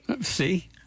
See